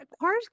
cars